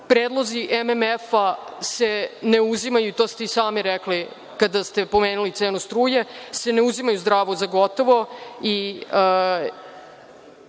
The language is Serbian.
Predlozi MMF se ne uzimaju, to ste i sami rekli kada ste pomenuli cenu struje, zdravo za gotovo